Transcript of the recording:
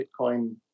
Bitcoin